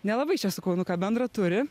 nelabai čia su kaunu ką bendro turi